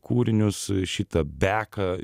kūrinius šitą beką